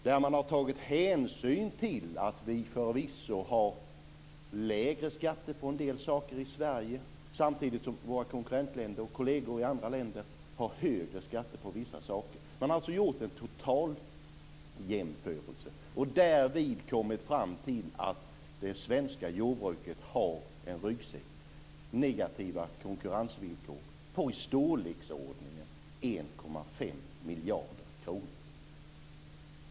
Där har man tagit hänsyn till att vi förvisso har lägre skatter på en del saker i Sverige, samtidigt som våra konkurrentländer och kolleger i andra länder har högre skatter på vissa saker. Man har alltså gjort en total jämförelse och därvid kommit fram till att det svenska jordbruket har en ryggsäck, negativa konkurrensvillkor, på i storleksordningen 1,5 miljarder kronor.